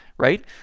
right